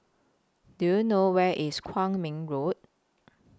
Do YOU know Where IS Kwong Min Road